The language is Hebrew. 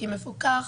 כי, מפוקח,